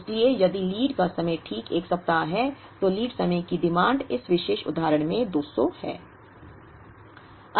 इसलिए यदि लीड का समय ठीक 1 सप्ताह है तो लीड समय की मांग इस विशेष उदाहरण में 200 है